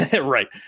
Right